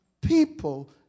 people